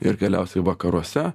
ir galiausiai vakaruose